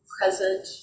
present